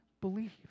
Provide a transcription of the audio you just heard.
believe